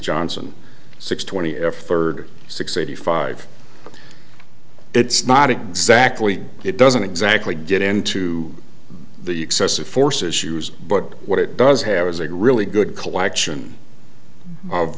johnson six twenty f third six eighty five it's not exactly it doesn't exactly get into the excessive force issues but what it does have is a really good collection of